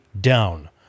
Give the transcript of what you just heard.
down